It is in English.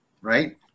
right